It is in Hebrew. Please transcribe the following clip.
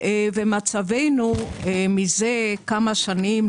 ומצבנו מזה כמה שנים,